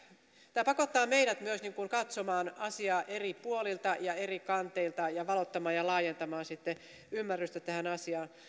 tämä pakottaa meidät myös katsomaan asiaa eri puolilta ja eri kanteilta ja valottamaan ja laajentamaan sitten ymmärrystä tähän asiaan